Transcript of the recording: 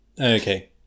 okay